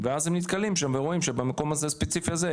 ואז הם נתקלים שם ורואים שבמקום הספציפי הזה,